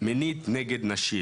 מינית נגד נשים.